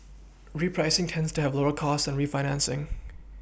repricing tends to have lower costs than refinancing